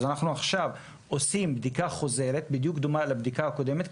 אז אנחנו עכשיו עושים בדיקה חוזרת בדיוק דומה לבדיקה הקודמת,